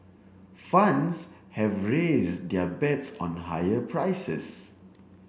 funds have raised their bets on higher prices